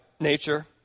nature